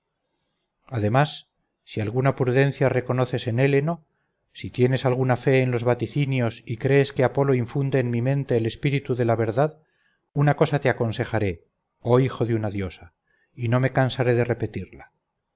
además si alguna prudencia reconoces en héleno si tienes alguna fe en los vaticinios y crees que apolo infunde en mi mente el espíritu de la verdad una cosa te aconsejaré oh hijo de una diosa y no me cansaré de repetirla